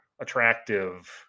attractive